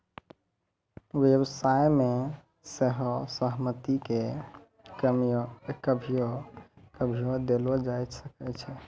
व्यवसाय मे सेहो सहमति के कभियो कभियो देलो जाय सकै छै